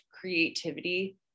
creativity